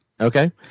Okay